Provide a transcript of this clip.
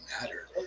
matter